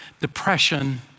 depression